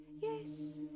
Yes